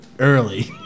early